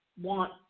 want